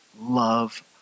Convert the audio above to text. love